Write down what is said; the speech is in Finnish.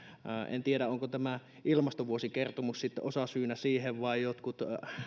en tiedä onko tämä ilmastovuosikertomus sitten osasyynä siihen vai jotkut